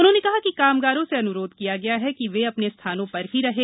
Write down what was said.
उन्होंने कहा कि कामगारों से अन्रोध किया गया है कि वे अपने स्थानों पर ही रहें